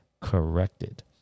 corrected